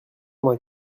vingt